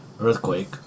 earthquake